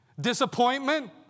Disappointment